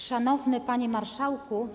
Szanowny Panie Marszałku!